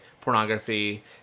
pornography